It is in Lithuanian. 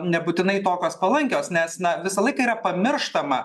nebūtinai tokios palankios nes na visą laiką yra pamirštama